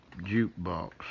jukebox